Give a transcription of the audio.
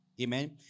Amen